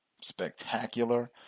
spectacular